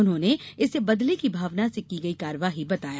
उन्होंने इसे बदले की भावना से की गई कार्यवाही बताया